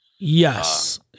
yes